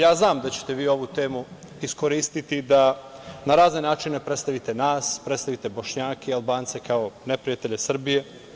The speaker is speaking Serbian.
Ja znam da ćete vi ovu temu iskoristiti da na razne načine predstavite nas, predstavite Bošnjake i Albance kao neprijatelje Srbije.